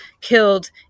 killed